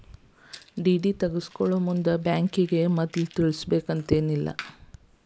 DD ತಗ್ಸ್ಕೊಳೊಮುಂದ್ ಬ್ಯಾಂಕಿಗೆ ಮದ್ಲ ತಿಳಿಸಿರ್ಬೆಕಂತೇನಿಲ್ಲಾ